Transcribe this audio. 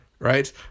right